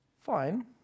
Fine